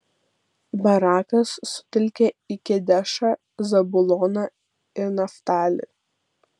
barakas sutelkė į kedešą zabuloną ir naftalį